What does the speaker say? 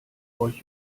euch